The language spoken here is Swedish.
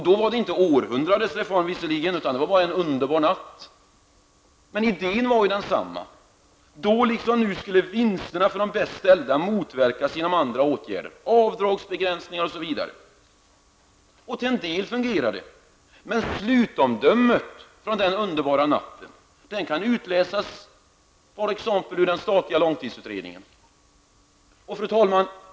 Då var det visserligen inte fråga om århundradets reform utan bara en underbar natt, men idén var densamma. Då liksom nu skulle vinsterna för de bäst ställda motverkas genom andra åtgärder, t.ex. avdragsbegränsningar. Till en del fungerade detta, men slutomdömet om den underbara natten kan utläsas t.ex. i den statliga långtidsutredningen. Fru talman!